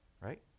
right